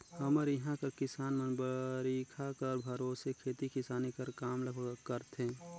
हमर इहां कर किसान मन बरिखा कर भरोसे खेती किसानी कर काम ल करथे